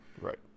right